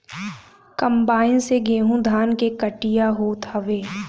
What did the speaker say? combine से गेंहू धान के कटिया होत हवे